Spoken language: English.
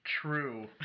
True